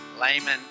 layman